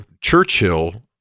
Churchill